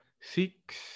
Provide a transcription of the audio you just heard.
six